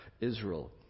Israel